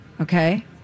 okay